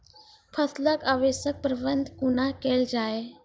फसलक अवशेषक प्रबंधन कूना केल जाये?